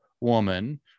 woman